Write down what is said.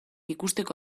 ikusteko